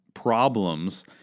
problems